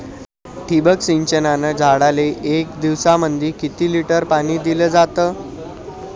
ठिबक सिंचनानं झाडाले एक दिवसामंदी किती लिटर पाणी दिलं जातं?